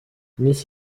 miss